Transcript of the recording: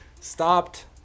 Stopped